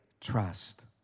trust